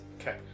Okay